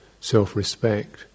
self-respect